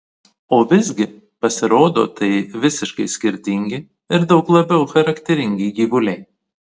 o visgi pasirodo tai visiškai skirtingi ir daug labiau charakteringi gyvuliai